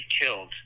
killed